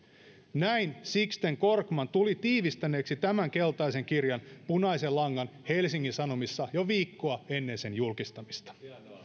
näin sixten korkman tuli tiivistäneeksi tämän keltaisen kirjan punaisen langan helsingin sanomissa jo viikkoa ennen sen julkistamista